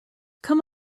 come